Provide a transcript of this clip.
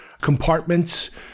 compartments